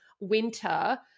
winter